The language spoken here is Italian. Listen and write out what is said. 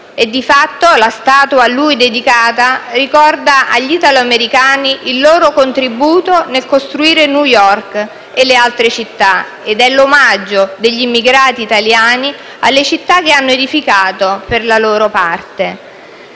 e, di fatto, la statua a lui dedicata ricorda agli italoamericani il loro contributo nel costruire New York e le altre città, ed è l'omaggio degli immigrati italiani alle città che hanno edificato per la loro parte.